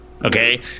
Okay